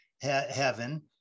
heaven